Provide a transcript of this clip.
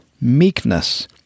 meekness